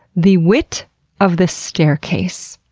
the wit of the staircase.